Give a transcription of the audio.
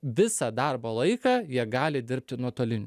visą darbo laiką jie gali dirbti nuotoliniu